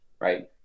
right